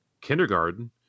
kindergarten